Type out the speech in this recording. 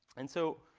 and so